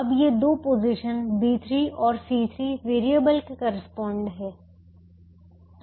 अब ये दो पोजीशन B3 और C3 वेरिएबल के करेस्पॉन्ड हैं